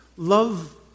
Love